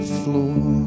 floor